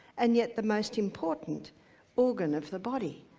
and yet the most important organ of the body,